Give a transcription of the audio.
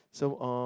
so uh